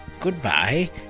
goodbye